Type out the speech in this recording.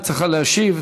היא צריכה להשיב.